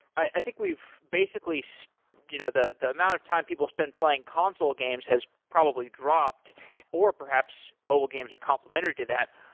i think we've basically so you know the the amount of time people have spent playing console games has probably dropped or perhaps mobile games are complementary to that.